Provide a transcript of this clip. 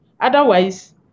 Otherwise